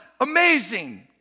amazing